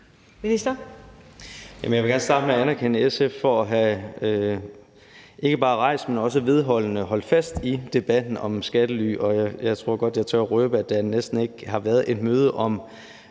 Jeg vil gerne starte med at anerkende SF for ikke bare at have rejst, men også vedholdende holdt fast i debatten om skattely, og jeg tror godt, jeg tør røbe, at der næsten ikke har været et møde om